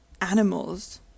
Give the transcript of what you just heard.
animals